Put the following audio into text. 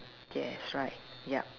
yes right ya